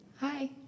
Hi